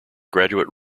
graduate